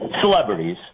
celebrities